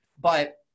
but-